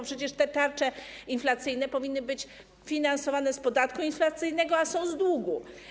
Przecież te tarcze inflacyjne powinny być finansowane z podatku inflacyjnego, a są z długu.